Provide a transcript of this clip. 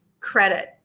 Credit